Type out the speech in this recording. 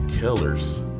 killers